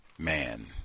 man